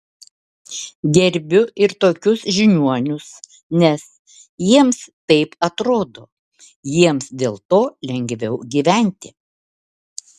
gerbiu ir tokius žiniuonius nes jiems taip atrodo jiems dėl to lengviau gyventi